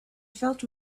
felt